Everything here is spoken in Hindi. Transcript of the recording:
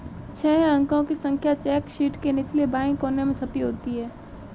छह अंकों की संख्या चेक शीट के निचले बाएं कोने में छपी होती है